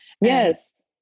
Yes